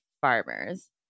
farmers